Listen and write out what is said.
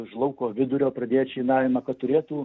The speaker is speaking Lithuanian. iš lauko vidurio pradėt šienavimą kad turėtų